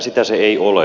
sitä se ei ole